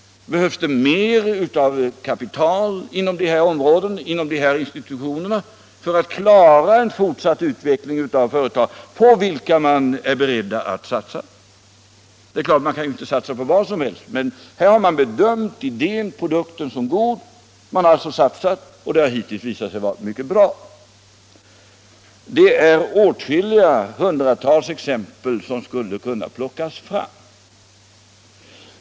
Behövs det mer av kapital inom dessa områden, inom dessa institutioner, för att klara en fortsatt utveckling av företag på vilka man är beredd att satsa? Det är klart att man inte kan satsa på vad som helst. Men här har man bedömt idén, produkten, som god. Man har alltså satsat, och det har hittills visat sig gå mycket bra. Hundratals exempel skulle kunna plockas fram.